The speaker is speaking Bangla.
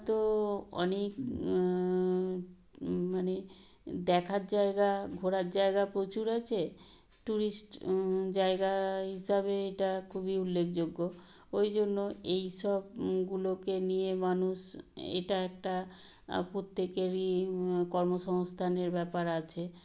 তো অনেক মানে দেখার জায়গা ঘোরার জায়গা প্রচুর আছে টুরিস্ট জায়গা হিসাবে এটা খুবই উল্লেখযোগ্য ওই জন্য এইসব গুলোকে নিয়ে মানুষ এটা একটা প্রত্যেকেরই কর্মসংস্থানের ব্যাপার আছে